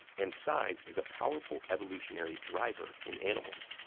and size is a powerful evolutionary driver in animals.